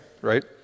right